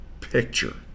picture